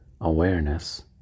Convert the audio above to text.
awareness